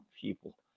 people